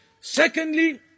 Secondly